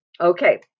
Okay